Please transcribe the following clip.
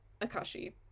Akashi